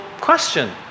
question